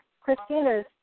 Christina's